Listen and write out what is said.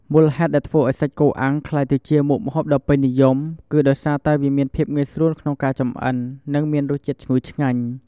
មូលហេតុដែលធ្វើឱ្យសាច់គោអាំងក្លាយទៅជាមុខម្ហូបដ៏ពេញនិយមគឺដោយសារតែវាមានភាពងាយស្រួលក្នុងការចម្អិន និងមានរសជាតិឈ្ងុយឆ្ងាញ់។